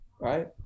right